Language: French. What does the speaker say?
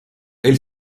elle